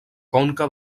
conca